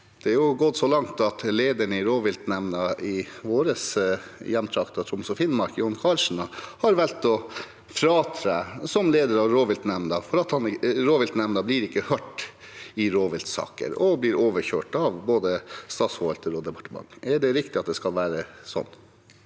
Det har gått så langt at lederen i rovviltnemnda i våre hjemtrakter, Troms og Finnmark, John Karlsen, har valgt å fratre som leder av rovviltnemnda fordi rovviltnemnda ikke blir hørt i rovviltsaker, og fordi de blir overkjørt av både statsforvalter og departement. Er det riktig at det skal være slik?